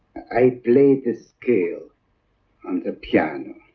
i played the scales on the piano